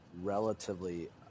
relatively